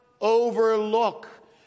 overlook